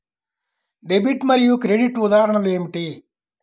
Debit మరియు credit ఉదాహరణలు ఏమిటీ?